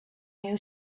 new